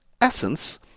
essence